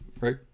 Right